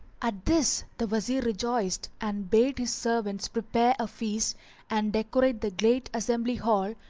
at this the wazir rejoiced and bade his servants prepare a feast and decorate the great assembly-hall,